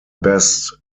best